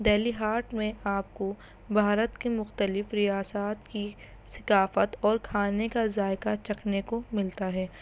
دہلی ہاٹ میں آپ کو بھارت کے مختلف ریاست کی ثقافت اور کھانے کا ذائقہ چکھنے کو ملتا ہے